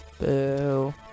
Boo